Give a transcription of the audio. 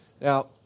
Now